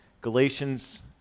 Galatians